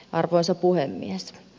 arvoisa puhemies